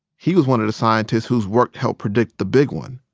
he was one of the scientists whose work helped predict the big one.